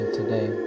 today